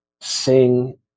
sing